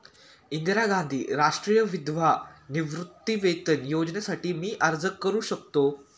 इंदिरा गांधी राष्ट्रीय विधवा निवृत्तीवेतन योजनेसाठी मी अर्ज करू शकतो?